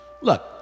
look